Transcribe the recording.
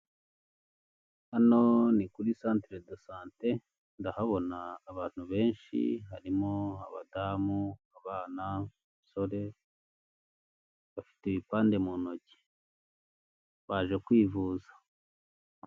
Amagi ni meza afasha ibintu byinshi ushobora kuyateka wifashishije amazi cyangwa se amavuta mu buryo bwo kuyatekamo umurete. Afasha abana gukura neza akabarinda indwara ndetse n'ibindi bintu byinshi bitandukanye. Rero nakugira inama nawe yo kujya uyaha umwana wawe agakura neza. Si ibyo gusa kuko ashobora no kwifashishwa mu guteka amandazi, keke ndetse n'ahandi hantu hatandukanye.